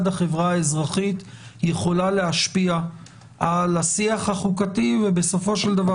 החברה האזרחית יכולה להשפיע על השיח החוקתי ובסופו של דבר